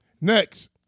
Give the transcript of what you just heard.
Next